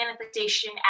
manifestation